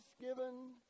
given